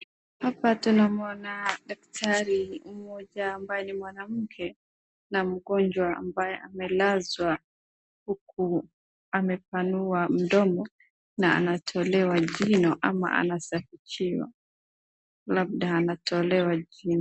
Hapa tunamwona daktari mmoja ambaye ni mwanamke na mgonjwa ambaye amelazwa huku amepanua mdomo na anatolewa jino ama anasafishiwa labda anatolewa jino.